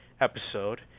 episode